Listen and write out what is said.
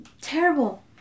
terrible